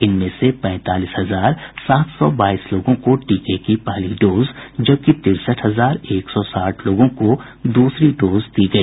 इनमें से पैंतालीस हजार सात सौ बाइस लोगों को टीके की पहली डोज जबकि तिरसठ हजार एक सौ साठ लोगों को दूसरी डोज दी गई